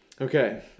Okay